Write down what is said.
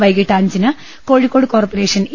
വൈകീട്ട് അഞ്ചിന് Kozhikode corporation E